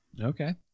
Okay